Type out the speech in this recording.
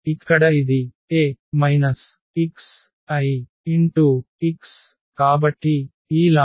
కాబట్టి ఇక్కడ ఇది A xIx కాబట్టి ఈ λ